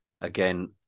again